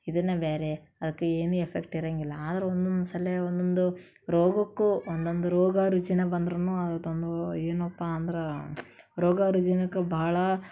ಇದನ್ನೇ ಬೇರೆ ಅಕ ಏನೂ ಎಫೆಕ್ಟ್ ಇರೋಂಗಿಲ್ಲ ಆದರೂ ಒಂದೊಂದ್ಸಲ ಒಂದೊಂದು ರೋಗಕ್ಕೂ ಒಂದೊಂದು ರೋಗ ರುಜಿನ ಬಂದ್ರೂ ಅದೊಂದು ಏನಪ್ಪ ಅಂದ್ರೆ ರೋಗ ರುಜಿನಕ್ಕೆ ಭಾಳ